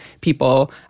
people